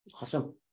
Awesome